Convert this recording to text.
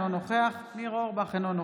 אינו נוכח ניר אורבך,